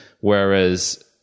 whereas